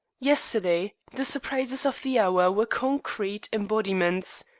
yesterday, the surprises of the hour were concrete embodiments,